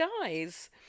guys